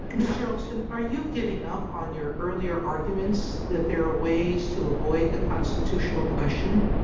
mr. olson, are you giving up on your earlier arguments that there are ways to avoid the constitutional question.